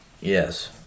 Yes